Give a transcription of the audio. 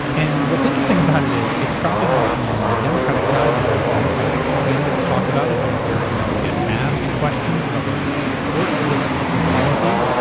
and what's interesting about it is, it's cropping up on the democratic side. you're hearing democratic candidates talk about it. you're hearing them get asked questions about whether they support this particular policy,